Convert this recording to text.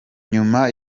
nyuma